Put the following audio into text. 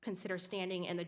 consider standing in the